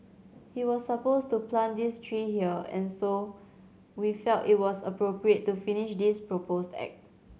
he was supposed to plant this tree here and so we felt it was appropriate to finish this proposed act